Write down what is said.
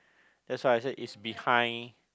that's why I said is behind